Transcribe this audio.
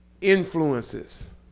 influences